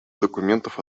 документов